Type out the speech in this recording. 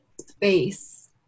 space